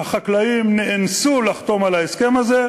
היא בחזית ההתנדבות לצה"ל,